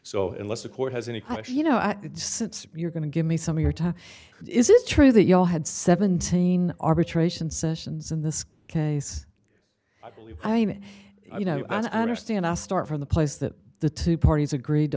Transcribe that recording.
so unless the court has any question you know since you're going to give me some of your time is it true that you all had seventeen arbitration sessions in this case i mean you know i understand i'll start from the place that the two parties agreed to